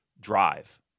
drive